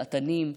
דעתניים,